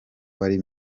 wari